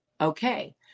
okay